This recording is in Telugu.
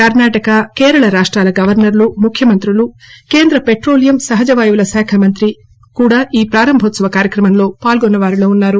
కర్సాటక కేరళ రాష్టాల గవర్సర్లు ముఖ్యమంత్రులు కేంద్ర పెట్రోలియం సహజ వాయువుల శాఖ మంత్రి ఈ ప్రారంభోత్సవ కార్యక్రమంలో పాల్గొన్న వారిలో ఉన్నారు